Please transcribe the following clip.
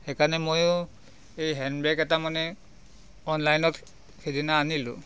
সেইকাৰণে ময়ো এই হেণ্ডবেগ এটা মানে অনলাইনত সিদিনা আনিলোঁ